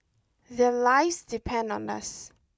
their lives depend on us